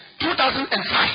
2005